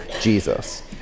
Jesus